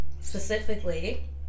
specifically